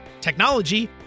technology